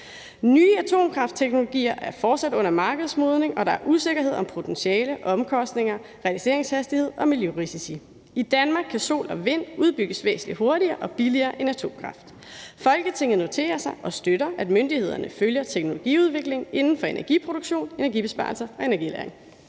Nye atomkraftteknologier er fortsat under markedsmodning, og der er usikkerhed om potentiale, omkostninger, realiseringshastighed og miljørisici. I Danmark kan sol- og vindenergi udbygges væsentlig hurtigere og billigere end atomkraft. Folketinget noterer sig og støtter, at myndighederne følger teknologiudviklingen inden for energiproduktion, energibesparelser og energilagring.«